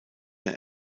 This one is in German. mehr